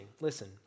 listen